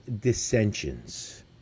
dissensions